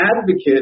advocate